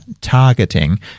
targeting